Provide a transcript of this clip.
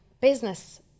business